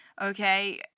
okay